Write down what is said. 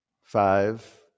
five